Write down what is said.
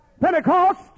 Pentecost